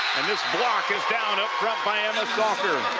and this block is down, up front by emma salker.